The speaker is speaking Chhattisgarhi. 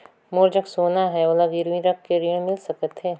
मोर जग सोना है ओला गिरवी रख के ऋण मिल सकथे?